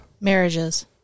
Marriages